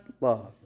love